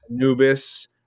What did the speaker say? Anubis